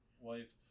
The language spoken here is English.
wife